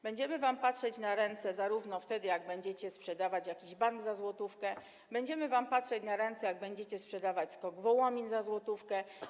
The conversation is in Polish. Będziemy wam patrzeć na ręce zarówno wtedy, gdy będziecie sprzedawać jakiś bank za złotówkę, jak również będziemy wam patrzeć na ręce, gdy będziecie sprzedawać SKOK Wołomin za złotówkę.